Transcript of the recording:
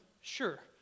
sure